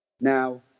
Now